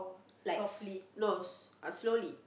likes no but slowly